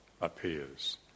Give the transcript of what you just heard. appears